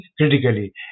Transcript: critically